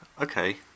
Okay